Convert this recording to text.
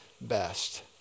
best